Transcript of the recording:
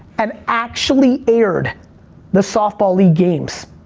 and actually aired the softball league games.